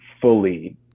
fully